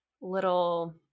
little